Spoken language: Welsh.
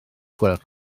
gwelwch